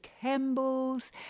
Campbells